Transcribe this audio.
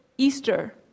Easter